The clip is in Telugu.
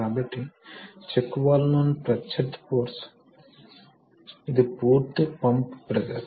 కాబట్టి అది తిరిగేటప్పుడు మీరు ఊహించవచ్చు డిస్క్ తిరిగేటప్పుడు ఇక్కడ అది నెట్టబడుతోంది మరియు ఇక్కడ అది పిస్టన్ను లాగుతోంది